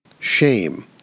Shame